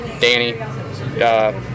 Danny